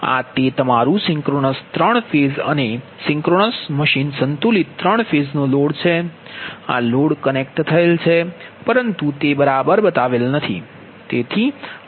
તેથી આ તે તમારું સિંક્રનસ 3 ફેઝ અને સિંક્રનસ મશીન સંતુલિત 3 ફેઝ લોડ છે આ લોડ કનેક્ટ થયેલ છે પરંતુ તે બરાબર બતાવેલ નથી